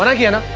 and henna.